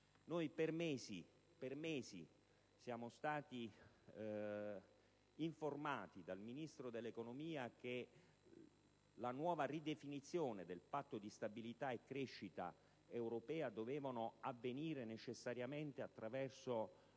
Per mesi siamo stati informati dal Ministro dell'economia che la nuova ridefinizione del Patto di stabilità e crescita europea doveva avvenire necessariamente attraverso